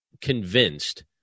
convinced